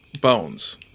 bones